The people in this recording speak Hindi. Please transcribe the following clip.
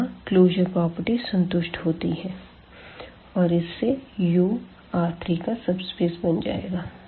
तो यहाँ क्लोजर प्रॉपर्टीज संतुष्ट होती हैं और इससे U R3का सबस्पेस बन जाएगा